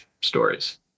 stories